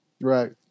Right